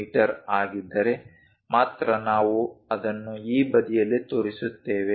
me ಆಗಿದ್ದರೆ ಮಾತ್ರ ನಾವು ಅದನ್ನು ಆ ಬದಿಯಲ್ಲಿ ತೋರಿಸುತ್ತೇವೆ